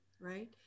right